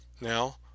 Now